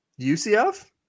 UCF